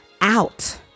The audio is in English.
out